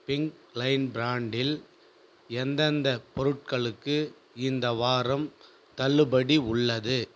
pink line பிராண்டில் எந்தெந்தப் பொருட்களுக்கு இந்த வாரம் தள்ளுபடி உள்ளது